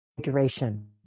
duration